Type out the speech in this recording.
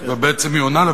ובעצם היא עונה לה,